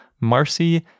Marcy